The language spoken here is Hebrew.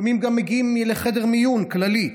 לפעמים גם מגיעים לחדר מיון כללי,